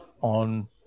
on